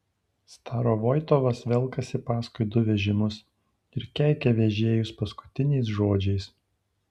starovoitovas velkasi paskui du vežimus ir keikia vežėjus paskutiniais žodžiais